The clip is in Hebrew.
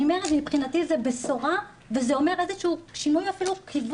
ואני אומרת שמבחינתי זו בשורה וזה אומר איזה שינוי כיוון